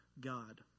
god